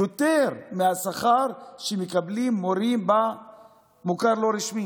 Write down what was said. יותר מהשכר שמקבלים מורים במוכר לא רשמי.